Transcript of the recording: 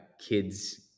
kid's